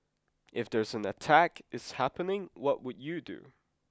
if there's an attack is happening what would you do